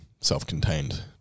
self-contained